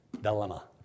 dilemma